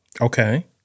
Okay